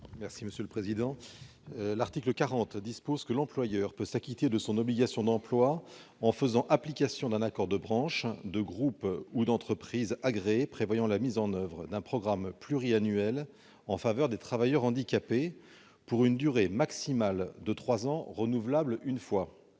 M. Martin Lévrier. L'article 40 dispose que l'employeur peut s'acquitter de son obligation d'emploi en faisant application d'un accord de branche, de groupe ou d'entreprise agréé comprenant la mise en oeuvre d'un programme pluriannuel en faveur des travailleurs handicapés, pour une durée maximale de trois ans renouvelable une fois.